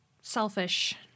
selfish